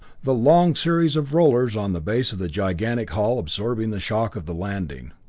the long series of rollers on the base of the gigantic hull absorbing the shock of the landing.